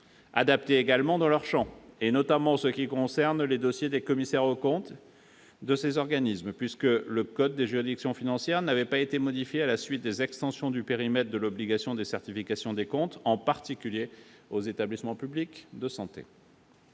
Adaptés également dans leur champ, notamment en ce qui concerne les dossiers des commissaires aux comptes de ces organismes, puisque le code des juridictions financières n'avait pas été modifié à la suite des extensions du périmètre de l'obligation de certification des comptes, en particulier aux établissements publics de santé.